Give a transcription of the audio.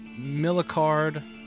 millicard